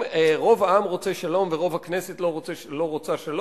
אם הכנסת לא מאשרת ורוב העם רוצה שלום,